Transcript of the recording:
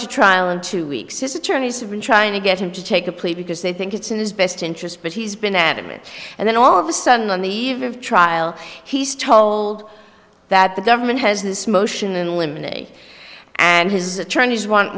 to trial in two weeks his attorneys have been trying to get him to take a plea because they think it's in his best interest but he's been adamant and then all of a sudden on the eve of trial he's told that the government has this motion and eliminate and his attorneys want